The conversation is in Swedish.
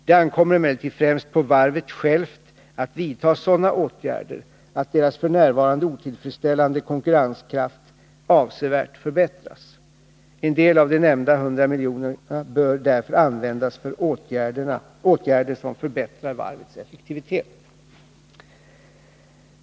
Det ankommer emellertid främst på varvet självt att vidta sådana åtgärder att dess f. n. otillfredsställande konkurrenskraft avsevärt förbättras. En del av de nämnda 100 miljonerna bör därför användas för åtgärder som förbättrar varvets effektivitet.